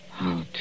Out